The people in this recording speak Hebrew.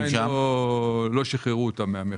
עדיין לא שחררו אותם מהמכס.